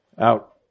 Out